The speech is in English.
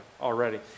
already